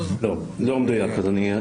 לא מדויק, אדוני.